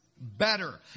Better